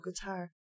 guitar